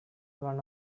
one